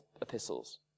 epistles